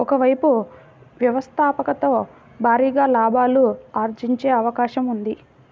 ఒక వైపు వ్యవస్థాపకతలో భారీగా లాభాలు ఆర్జించే అవకాశం ఉంది